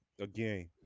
Again